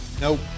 Nope